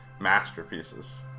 masterpieces